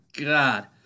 God